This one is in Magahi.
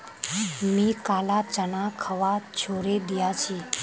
मी काला चना खवा छोड़े दिया छी